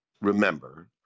Remember